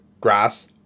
grass